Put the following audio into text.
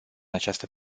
această